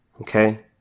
Okay